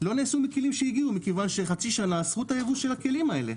לא נעשו מכלים שהגיעו מכיוון שחצי שנה אסרו את הייבוא של הכלים האלה.